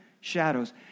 shadows